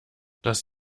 das